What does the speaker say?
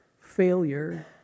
Failure